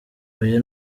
oya